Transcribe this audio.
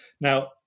Now